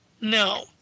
no